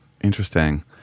Interesting